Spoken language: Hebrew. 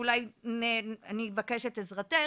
אולי אני אבקש את עזרתך,